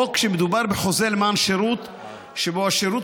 או כשמדובר בחוזה למתן שירות שבו השירות